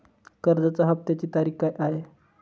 कर्जाचा हफ्त्याची तारीख काय आहे?